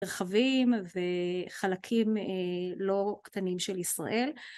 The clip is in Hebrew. רכבים וחלקים לא קטנים של ישראל.